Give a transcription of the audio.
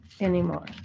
anymore